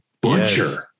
butcher